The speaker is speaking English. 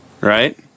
Right